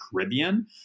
Caribbean